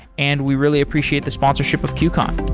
and we really appreciate the sponsorship of qcon.